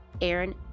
Aaron